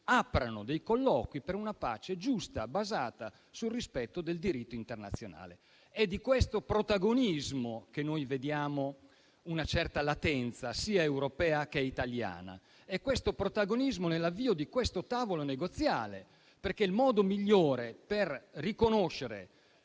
aprano dei colloqui per una pace giusta, basata sul rispetto del diritto internazionale. È di questo protagonismo che noi vediamo una certa latenza, sia europea che italiana. Serve questo protagonismo nell'avvio di un tavolo negoziale, perché è il modo migliore per riconoscere